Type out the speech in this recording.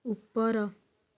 ଉପର